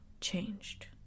changed